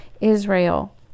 Israel